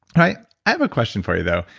i have a question for you though.